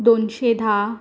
दोनशीं धा